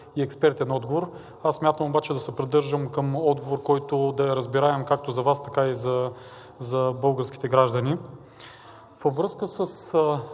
и експертен отговор. Аз смятам обаче да се придържам към отговор, който да е разбираем както за Вас, така и за българските граждани. Във връзка със